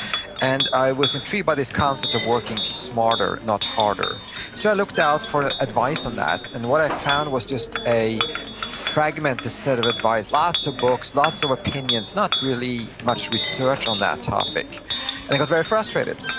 and i was intrigued by this concept of working smarter, not harder so i looked out for advice on that, and what i found was just a fragmented set of advice, lots of books, lots of opinions, not really much research on that topic. and i got very frustrated,